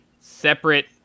separate